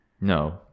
No